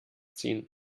ziehen